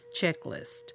checklist